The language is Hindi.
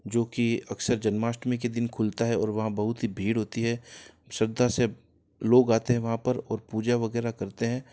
जो की अक्सर जन्माष्टमी के दिन खुलता है और वहाँ बहुत ही भीड़ होती है श्रद्धा से लोग आते हैं वहाँ पर और पूजा वगैरह करते हैं